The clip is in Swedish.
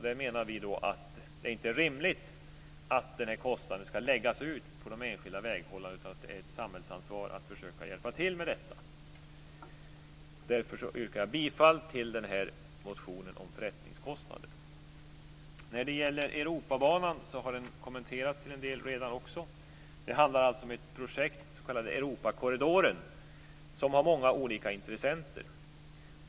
Vi menar därför att det inte är rimligt att denna kostnad skall läggas ut på de enskilda väghållarna utan att det är ett samhällsansvar att försöka hjälpa till med detta. Därför yrkar jag bifall till reservation 5 om förrättningskostnader. Europabanan har redan kommenterats en del. Det handlar alltså om ett projekt, den s.k. Europakorridoren, som har många olika intressenter.